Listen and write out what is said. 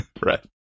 Right